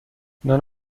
none